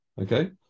Okay